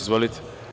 Izvolite.